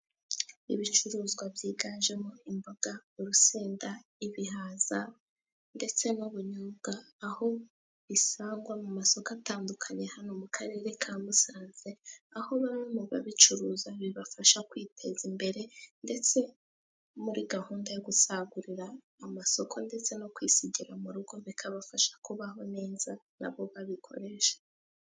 Ibicuruzwa byiganjemo imboga, urusenda, ibihaza ndetse n'ubunyobwa, aho bisangwa mu masoko atandukanye hano mu Karere ka Musanze, aho bamwe mu babicuruza bibafasha kwiteza imbere, ndetse muri gahunda yo gusagurira amasoko ndetse no kwisigira mu rugo, bikabafasha kubaho neza nabo babikoresha.